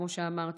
כמו שאמרתי,